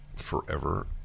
forever